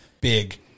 big